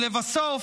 לבסוף,